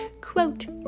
Quote